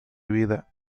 vida